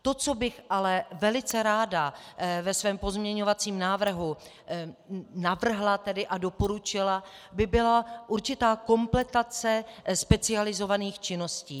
To, co bych ale velice ráda ve svém pozměňovacím návrhu navrhla a doporučila, by byla určitá kompletace specializovaných činností.